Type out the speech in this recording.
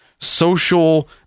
social